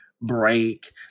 break